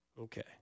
Okay